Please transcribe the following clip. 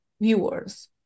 viewers